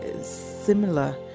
similar